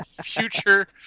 future